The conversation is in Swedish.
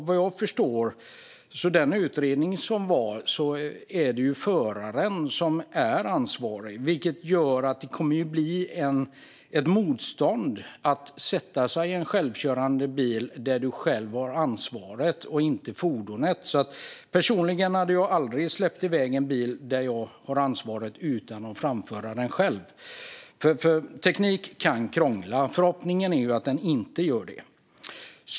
Vad jag förstår av utredningen är det föraren som är ansvarig. Det kommer att bli ett motstånd mot att sätta sig i en självkörande bil där föraren själv har ansvaret och inte fordonet. Personligen hade jag aldrig släppt iväg en bil som jag har ansvaret för utan att framföra den själv. Teknik kan krångla, även om förhoppningen är att den inte gör det.